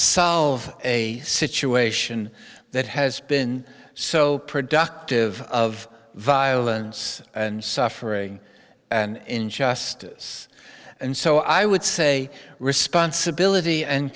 solve a situation that has been so productive of violence and suffering and injustice and so i would say responsibility and